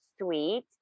sweet